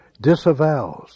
disavows